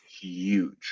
huge